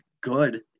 good